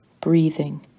breathing